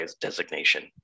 designation